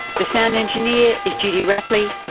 the sound engineer is judy rapley.